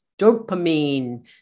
dopamine